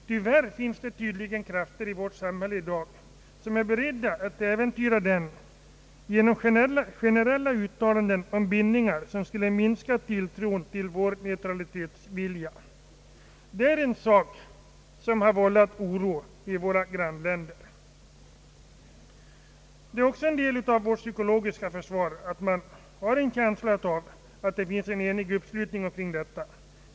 Tyvärr finns det tydligen i dag krafter i vårt samhälle som är beredda att äventyra den genom gererella uttalanden om bindningar som skulle minska tilltron till vår neutralitetsvilja. Det är en sak som har vållat oro i våra grannländer. Det är också en del av vårt psykologiska försvar att det finns en känsla av att vi har en enig uppslutning kring neutraliteten.